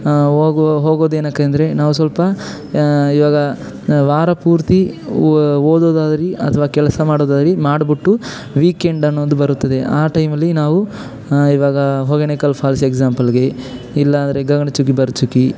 ಹೋಗು ಹೋಗೋದು ಏನಕ್ಕೆ ಅಂದರೆ ನಾವು ಸ್ವಲ್ಪ ಈವಾಗ ವಾರ ಪೂರ್ತಿ ಓದೋದಾಗಲಿ ಅಥ್ವಾ ಕೆಲಸ ಮಾಡೋದಾಗಲಿ ಮಾಡ್ಬಿಟ್ಟು ವೀಕೆಂಡ್ ಅನ್ನೋದು ಬರುತ್ತದೆ ಆ ಟೈಮಲಿ ನಾವು ಈವಾಗ ಹೊಗೇನಕಲ್ ಫಾಲ್ಸ್ ಎಗ್ಸಾಂಪಲ್ಗೆ ಇಲ್ಲ ಅಂದ್ರೆ ಗಗನಚುಕ್ಕಿ ಭರಚುಕ್ಕಿ